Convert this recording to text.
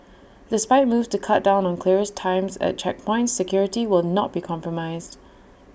despite moves to cut down on clearance times at checkpoints security will not be compromised